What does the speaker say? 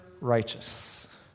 righteous